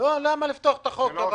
למה לפתוח את החוק?